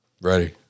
Ready